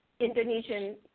Indonesian